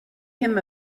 him